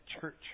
church